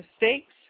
mistakes